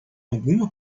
alguma